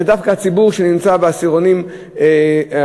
זה דווקא הציבור שנמצא בעשירונים הנמוכים.